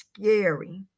scary